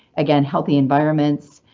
again, healthy environments,